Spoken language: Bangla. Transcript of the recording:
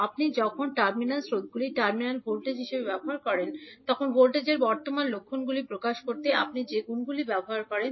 আপনি যখন টার্মিনাল স্রোতগুলি টার্মিনাল ভোল্টেজ ব্যবহার করেন তখন ভোল্টেজের বর্তমান লক্ষণগুলি প্রকাশ করতে আপনি যে গুণগুলি ব্যবহার করবেন